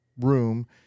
room